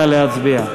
נא להצביע.